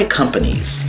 companies